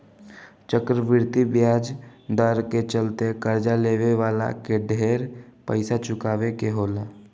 चक्रवृद्धि ब्याज दर के चलते कर्जा लेवे वाला के ढेर पइसा चुकावे के होला